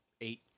Eight